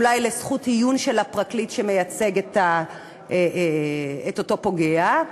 אולי לזכות עיון של הפרקליט שמייצג את אותו פוגע,